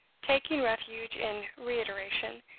taking refuge in reiteration,